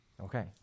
Okay